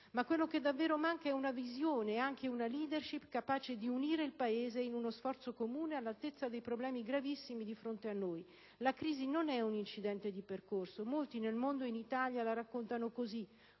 ma quello che davvero manca è una visione e anche una *leadership* capace di unire il Paese in uno sforzo comune all'altezza dei problemi gravissimi che abbiamo di fronte. La crisi non è un incidente di percorso. Molti nel mondo e in Italia la raccontano come